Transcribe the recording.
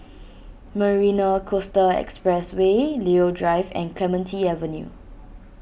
Marina Coastal Expressway Leo Drive and Clementi Avenue